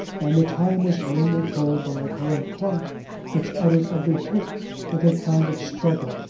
and the time was grimly told by a grim clock which uttered every tick with a kind of struggle,